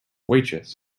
waitress